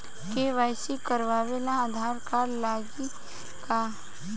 KYC करावे ला Aadhaar card लागी का?